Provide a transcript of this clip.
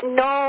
no